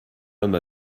homme